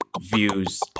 Views